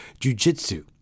jujitsu